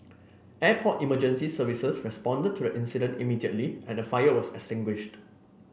Airport Emergency Service responded to the incident immediately and the fire was extinguished